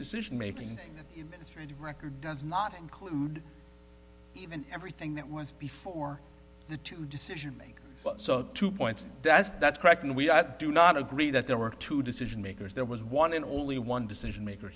decision making history and record does not include even everything that was before the two decision make two points that's that's correct and we do not agree that there were two decision makers there was one in only one decision maker